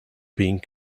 being